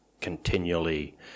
continually